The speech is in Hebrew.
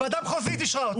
ועדת חוזים אישרה אותה.